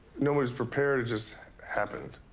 no one was prepared. it just happened.